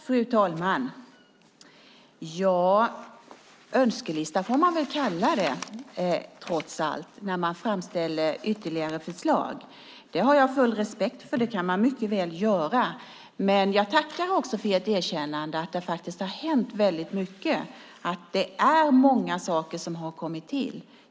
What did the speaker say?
Fru talman! Man får väl trots allt kalla det för önskelista när man framställer ytterligare förslag. Det har jag full respekt för; det kan man mycket väl göra. Jag tackar också för ert erkännande av att det faktiskt har hänt mycket. Det är många saker som har kommit till.